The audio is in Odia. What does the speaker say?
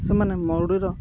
ସେମାନେ ମରୁଡ଼ିର